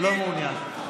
לא מעוניין.